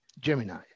Gemini